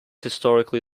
historically